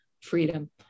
freedom